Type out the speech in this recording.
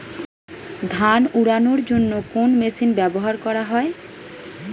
ধান উড়ানোর জন্য কোন মেশিন ব্যবহার করা হয়?